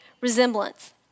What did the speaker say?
resemblance